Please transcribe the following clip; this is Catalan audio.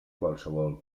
qualsevol